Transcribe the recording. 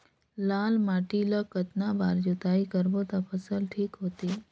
लाल माटी ला कतना बार जुताई करबो ता फसल ठीक होती?